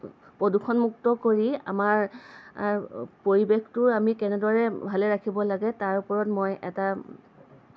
প্ৰদূষণমুক্ত কৰি আমাৰ পৰিৱেশটো আমি কেনেদৰে ভালে ৰাখিব লাগে তাৰ ওপৰত মই এটা